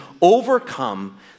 overcome